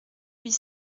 huit